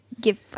give